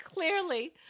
Clearly